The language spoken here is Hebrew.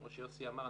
כמו שיוסי אמר,